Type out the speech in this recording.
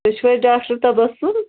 تُہۍ چھِوٕ حظ ڈاکٹر تبسُم